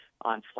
on